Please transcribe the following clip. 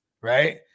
right